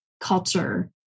culture